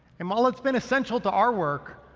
and while it's been essential to our work,